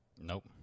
Nope